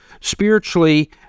spiritually